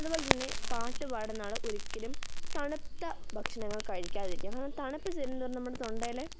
അതുപോലെ തന്നെ പാട്ടു പാടുന്ന ആൾ ഒരിക്കലും തണുത്ത ഭക്ഷണങ്ങൾ കഴിക്കാതെ ഇരിക്കുക കാരണം തണുപ്പ് ചെല്ലുന്തോറും നമ്മുടെ തൊണ്ടയിലെ